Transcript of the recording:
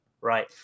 right